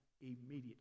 immediately